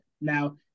Now